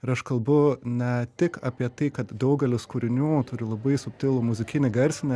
ir aš kalbu ne tik apie tai kad daugelis kūrinių turi labai subtilų muzikinį garsinę